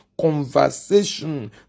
conversation